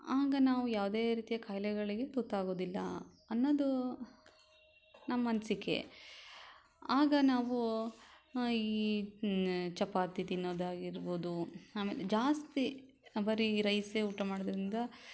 ಆಗ ನಾವು ಯಾವುದೇ ರೀತಿಯ ಖಾಯಿಲೆಗಳಿಗೆ ತುತ್ತಾಗೋದಿಲ್ಲ ಅನ್ನೋದು ನಮ್ಮ ಅನಿಸಿಕೆ ಆಗ ನಾವು ಈ ಚಪಾತಿ ತಿನ್ನೋದಾಗಿರ್ಬೋದು ಆಮೇಲೆ ಜಾಸ್ತಿ ಬರೀ ರೈಸೇ ಊಟ ಮಾಡೋದರಿಂದ